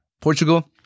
Portugal